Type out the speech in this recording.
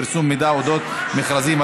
פרסום מידע אודות מכרזים),